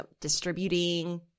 distributing